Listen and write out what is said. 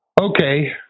Okay